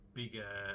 bigger